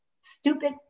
stupid